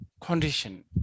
condition